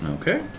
Okay